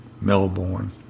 Melbourne